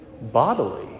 bodily